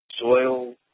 soil